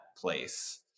place